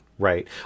Right